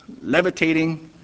levitating